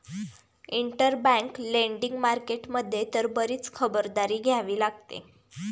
interbank lending market मध्ये तर बरीच खबरदारी घ्यावी लागते